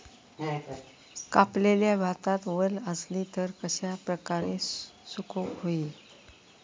कापलेल्या भातात वल आसली तर ती कश्या प्रकारे सुकौक होई?